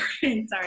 sorry